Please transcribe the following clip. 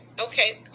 Okay